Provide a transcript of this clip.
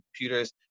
computers